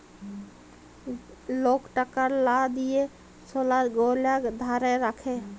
lock টাকার লা দিঁয়ে সলার গহলা ধ্যইরে রাখে